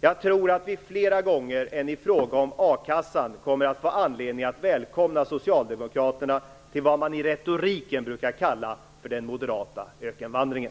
Jag tror att vi flera gånger än i fråga om a-kassan får anledning att välkomna socialdemokraterna till vad man i retoriken brukar kalla för den moderata ökenvandringen.